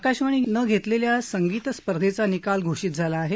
आकाशवाणीनं घेतलेल्या संगीत स्पर्धेचा निकाल घोषित झाला आहे